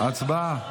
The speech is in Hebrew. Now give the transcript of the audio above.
הצבעה.